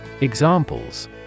Examples